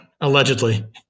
Allegedly